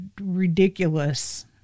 ridiculous